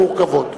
מורכבות.